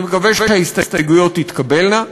אני מקווה שההסתייגויות תתקבלנה,